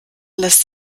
lässt